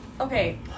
Okay